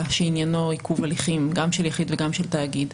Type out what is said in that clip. שעניינו עיכוב הליכים גם של יחיד וגם של תאגיד,